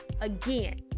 again